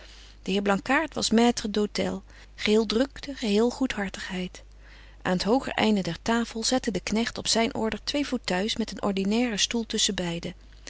de heer blankaart was maitre d'hotel geheel drukte geheel goedhartigheid aan t hogerbetje wolff en aagje deken historie van mejuffrouw sara burgerhart einde der tafel zette de knegt op zyn order twee fauteuils met een ordinairen stoel